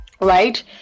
right